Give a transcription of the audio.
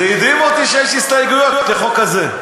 זה הדהים אותי שיש הסתייגויות לחוק הזה.